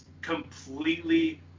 completely